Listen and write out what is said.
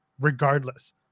regardless